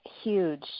Huge